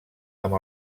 amb